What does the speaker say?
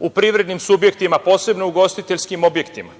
u privrednim subjektima, posebno u ugostiteljskim objektima,